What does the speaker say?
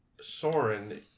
Soren